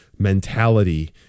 mentality